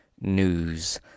news